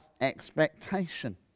expectation